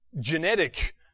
genetic